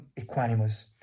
equanimous